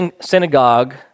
synagogue